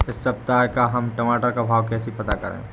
इस सप्ताह का हम टमाटर का भाव कैसे पता करें?